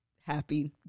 happy